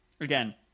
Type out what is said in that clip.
Again